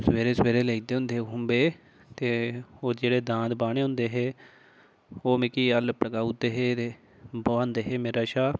सवेरे सवेरे लेई जंदे होंदे हे खुम्बे ते ओह् जेह्ड़े दांद बाह्ने होंदे हे ओह् मिगी हल्ल पकड़ाई ओड़दे ते बुहांदे हे मेरे शा